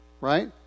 Right